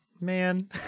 man